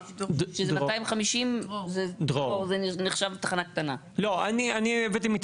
שזה 250. דרור בוימל דרור.